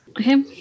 okay